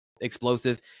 explosive